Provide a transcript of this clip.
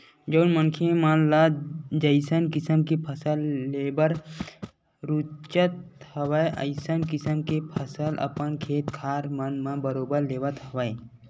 जउन मनखे मन ल जइसन किसम के फसल लेबर रुचत हवय अइसन किसम के फसल अपन खेत खार मन म बरोबर लेवत हवय